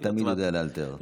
אתה תמיד יודע לאלתר.